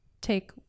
take